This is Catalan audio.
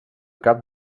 cap